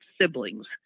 sibling's